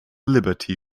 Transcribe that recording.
liberty